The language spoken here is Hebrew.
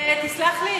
תסלח לי,